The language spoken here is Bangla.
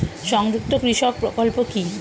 সংযুক্ত কৃষক প্রকল্প কি?